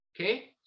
okay